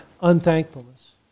unthankfulness